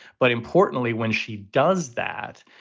but importantly, when she does that,